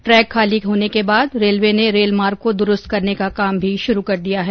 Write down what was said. track खाली होने के बाद रेलवे ने रेल मार्ग को दुरस्त करने का काम शुरू कर दिया है